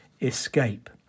escape